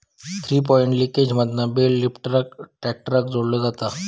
three point लिंकेजमधना bale lifter ट्रॅक्टराक जोडलो जाता